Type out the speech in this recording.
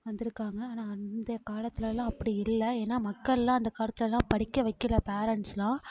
வந்திருக்காங்க ஆனால் அந்த காலத்துலெலாம் அப்படி இல்லை ஏன்னால் மக்களெலாம் அந்த காலத்தெல்லாம் படிக்க வைக்கலை பேரன்ட்ஸ்யெலாம்